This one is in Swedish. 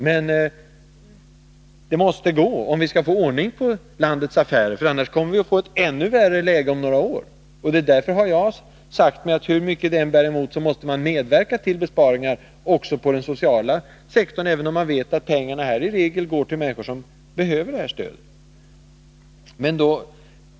Men det måste gå om vi skall få ordning på landets affärer, annars får vi ett ännu värre läge om några år. Därför har jag sagt mig att hur mycket det än bär emot måste man medverka till besparingar också på den sociala sektorn, trots att man vet att pengarna här i regel går till människor som behöver stödet.